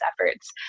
efforts